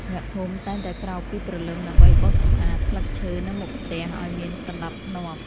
អ្នកភូមិតែងតែក្រោកពីព្រលឹមដើម្បីបោសសម្អាតស្លឹកឈើនៅមុខផ្ទះឱ្យមានសណ្តាប់ធ្នាប់។